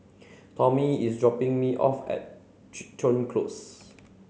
Tommy is dropping me off at Crichton Close